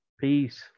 Peace